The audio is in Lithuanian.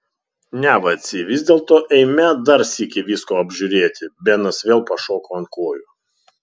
ne vacy vis dėlto eime dar sykį visko apžiūrėti benas vėl pašoko ant kojų